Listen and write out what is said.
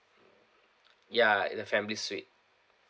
ya in a family suite